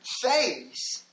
face